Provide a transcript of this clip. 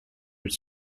its